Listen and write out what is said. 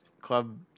club